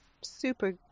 super